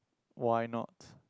why not